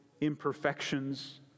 imperfections